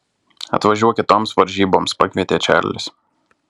atvažiuok kitoms varžyboms pakvietė čarlis